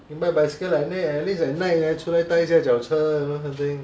go and buy bicycle like me at least at night 踏一下脚车 you know this kind of thing